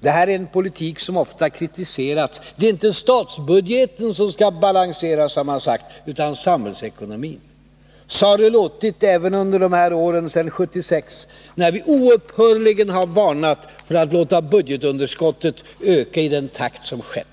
Det här är en politik som ofta kritiserats. Det är inte statsbudgeten som skall balanseras, har man sagt, utan samhällsekonomin. Så har det låtit även under de här åren sedan 1976 när vi oupphörligen varnat för att låta budgetunderskottet öka i den takt som skett.